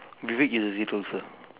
Vivek uses it also